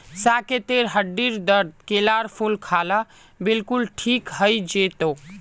साकेतेर हड्डीर दर्द केलार फूल खा ल बिलकुल ठीक हइ जै तोक